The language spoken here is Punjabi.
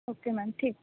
ਓਕੇ ਮੈਮ ਠੀਕ